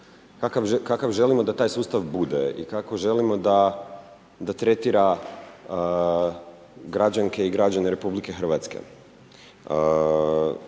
kakav želimo da taj sustav bude i kako želimo da tretira građanke i građane RH.